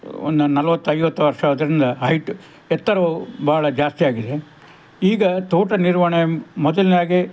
ಒಂದು ನಲವತ್ತು ಐವತ್ತು ವರ್ಷ ಆದ್ದರಿಂದ ಹೈಟ್ ಎತ್ತರವು ಬಹಳ ಜಾಸ್ತಿ ಆಗಿದೆ ಈಗ ತೋಟ ನಿರ್ವಹಣೆ ಮೊದಲಿನ ಹಾಗೆ